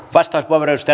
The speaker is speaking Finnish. arvoisa puhemies